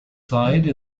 side